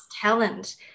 talent